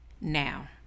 now